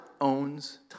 owns